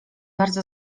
bardzo